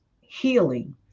healing